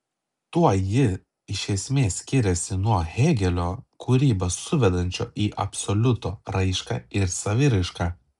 tuo ji iš esmės skiriasi nuo hėgelio kūrybą suvedančio į absoliuto raišką ir saviraišką